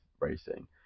racing